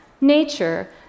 nature